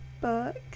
book